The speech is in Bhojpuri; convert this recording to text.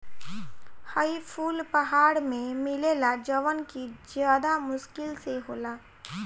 हई फूल पहाड़ में मिलेला जवन कि ज्यदा मुश्किल से होला